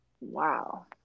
Wow